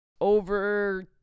over